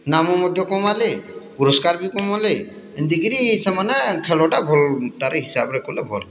ନାମ ମଧ୍ୟ କମାଲେ ପୁରସ୍କାର ବି କମାଲେ ଏନ୍ତିକିରି ସେମାନେ ଖେଳ ଟା ଭଲ୍ ତାର୍ ହିସାବରେ କଲେ ଭଲ୍